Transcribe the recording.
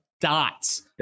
dots